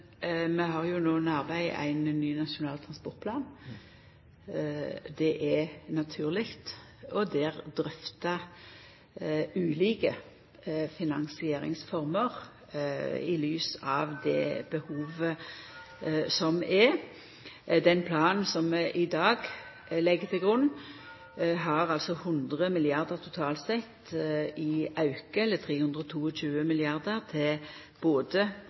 har under arbeid ein ny Nasjonal transportplan. Der er det naturleg å drøfta ulike finansieringsformer i lys av behovet. Den planen vi i dag legg til grunn, har ein auke på 100 mrd. kr totalt – eller 322 mrd. kr til både veg og